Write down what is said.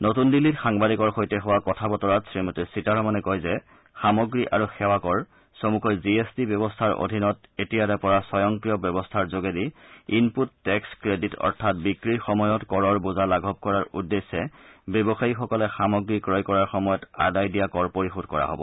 নতুন দিল্লীত সাংবাদিকৰ সৈতে হোৱা কথা বতৰাত শ্ৰীমতী সীতাৰমনে কয় যে সামগ্ৰী আৰু সেৱা কৰ চমুকৈ জি এছ টি ব্যৱস্থাৰ অধীনত এতিয়াৰে পৰা স্বয়ংক্ৰিয় ব্যৱস্থাৰ যোগেদি ইনপুট টেক্স ক্ৰেডিট অৰ্থাৎ বিক্ৰীৰ সময়ত কৰৰ বোজা লাঘৱ কৰাৰ উদ্দেশ্যে ব্যৱসায়ীসকলে সামগ্ৰী ক্ৰয় কৰাৰ সময়ত আদায় দিয়া কৰ পৰিশোধ কৰা হব